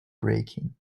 braking